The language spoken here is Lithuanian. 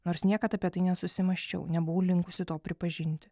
nors niekad apie tai nesusimąsčiau nebuvau linkusi to pripažinti